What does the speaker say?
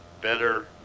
better